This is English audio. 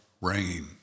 rain